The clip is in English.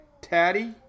Taddy